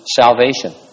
Salvation